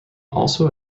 also